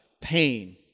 pain